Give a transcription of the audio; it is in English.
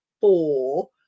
four